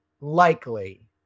likely